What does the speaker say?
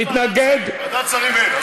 ועדת שרים, אין.